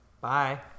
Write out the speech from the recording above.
Bye